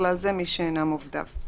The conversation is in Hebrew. ובכלל זה מי שאינם עובדיו,